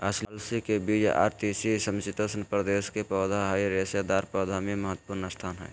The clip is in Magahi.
अलसी के बीज आर तीसी समशितोष्ण प्रदेश के पौधा हई रेशेदार पौधा मे महत्वपूर्ण स्थान हई